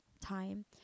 time